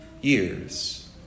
years